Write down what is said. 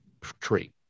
tree